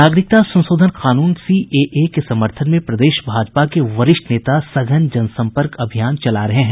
नागरिकता संशोधन कानून सीएए के समर्थन में प्रदेश भाजपा के वरिष्ठ नेता सघन जनसम्पर्क अभियान चला रहे हैं